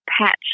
patch